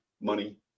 money